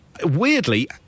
Weirdly